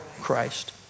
Christ